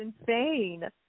insane